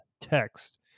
text